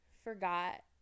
forgot